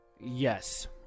Yes